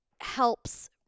helps